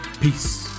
peace